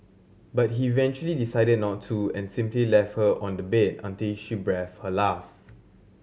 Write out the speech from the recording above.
but he eventually decided not to and simply left her on the bed until she breathed her last